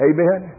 Amen